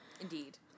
Indeed